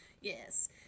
Yes